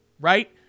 right